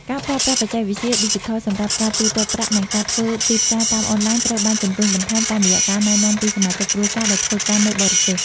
ការប្រើប្រាស់បច្ចេកវិទ្យាឌីជីថលសម្រាប់ការទូទាត់ប្រាក់ និងការធ្វើទីផ្សារតាមអនឡាញត្រូវបានជម្រុញបន្ថែមតាមរយៈការណែនាំពីសមាជិកគ្រួសារដែលធ្វើការនៅបរទេស។